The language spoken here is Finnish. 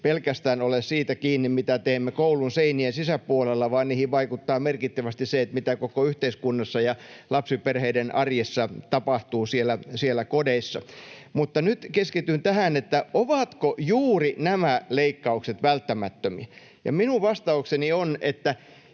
pelkästään ole siitä kiinni, mitä teemme koulun seinien sisäpuolella, vaan niihin vaikuttaa merkittävästi se, mitä tapahtuu koko yhteiskunnassa ja lapsiperheiden arjessa siellä kodeissa. Mutta nyt keskityn tähän, ovatko juuri nämä leikkaukset välttämättömiä. Minun vastaukseni on, että